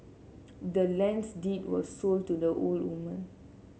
the land's deed was sold to the old woman